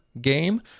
game